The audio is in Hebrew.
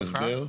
יבוא: